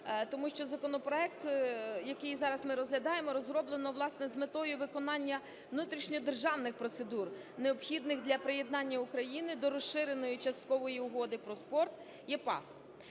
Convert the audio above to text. тому що законопроект, який зараз ми розглядаємо, розроблено, власне, з метою виконання внутрішньодержавних процедур, необхідних для приєднання України до Розширеної часткової угоди про спорт